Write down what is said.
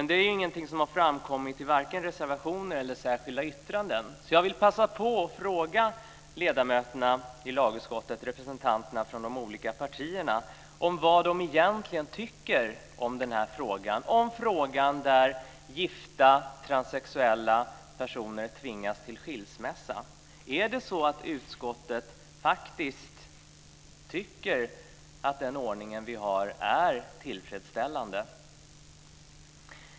Det är dock ingenting som framkommit vare sig i reservationer eller i särskilda yttranden, så jag vill passa på att fråga ledamöterna i lagutskottet, representanterna för de olika partierna, vad man egentligen tycker i frågan om att gifta transsexuella personer tvingas till skilsmässa. Är det så att utskottet faktiskt tycker att den ordning vi har är tillfredsställande?